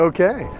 Okay